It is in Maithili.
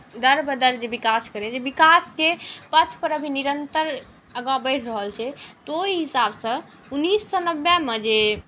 दर ब दर जे विकास करय जे विकासके पथपर अभी निरन्तर आगाँ बढ़ि रहल छै तऽ ओहि हिसाबसँ उन्नैस सए नब्बेमे जे